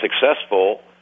successful